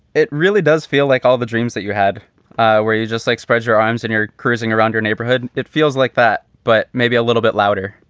it really does feel like all the dreams that you had where you just like spread your arms and you're cruising around your neighborhood. it feels like that, but maybe a little bit louder.